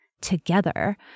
together